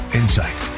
insight